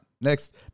Next